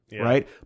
right